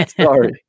Sorry